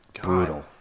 Brutal